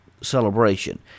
celebration